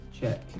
Check